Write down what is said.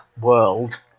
world